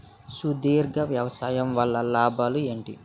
సుస్థిర వ్యవసాయం వల్ల లాభాలు ఏంటి?